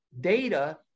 data